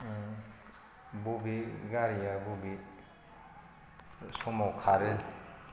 बबे गारिया बबे समाव खारो